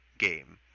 game